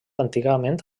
antigament